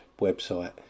website